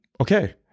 okay